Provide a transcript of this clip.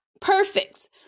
perfect